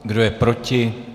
Kdo je proti?